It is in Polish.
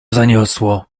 zaniosło